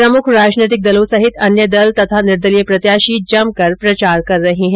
प्रमुख राजनैतिक दलों सहित अन्य दल तथा निर्दलीय प्रत्याशी जमकर प्रचार कर रहे है